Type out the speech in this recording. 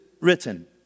written